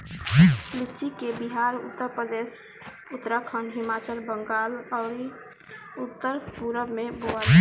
लीची के बिहार, उत्तरप्रदेश, उत्तराखंड, हिमाचल, बंगाल आउर उत्तर पूरब में बोआला